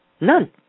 None